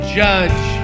judge